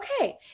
okay